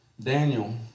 Daniel